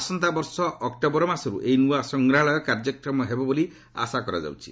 ଆସନ୍ତା ବର୍ଷ ଅକ୍ଟୋବର ମାସରୁ ଏହି ନୂଆ ସଂଗ୍ରହାଳୟ କାର୍ଯ୍ୟକ୍ଷମ ହେବ ବୋଲି ଆଶା କରାଯାଉଛି